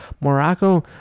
Morocco